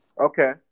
Okay